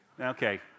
okay